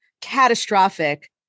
catastrophic